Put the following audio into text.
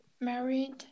married